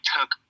took